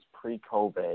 pre-COVID